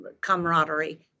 camaraderie